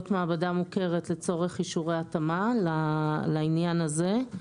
מעבדה מותרת לצורך אישורי התאמה לעניין הזה.